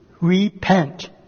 repent